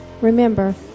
Remember